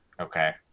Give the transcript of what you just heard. Okay